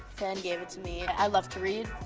friend gave it to me. i love to read.